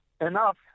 enough